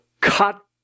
cut